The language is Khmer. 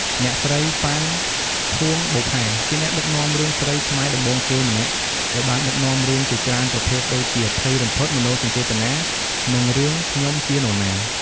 អ្នកស្រី ប៉ាន់ ភួងបុប្ផា ជាអ្នកដឹកនាំរឿងស្រីខ្មែរដំបូងគេម្នាក់ ដែលបានដឹកនាំរឿងជាច្រើនប្រភេទដូចជា ភ័យរន្ធត់ មនោសញ្ចេតនា និងរឿង "ខ្ញុំជានណា?"។